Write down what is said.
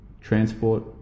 Transport